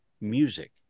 music